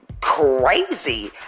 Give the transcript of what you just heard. crazy